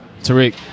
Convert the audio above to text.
Tariq